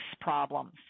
problems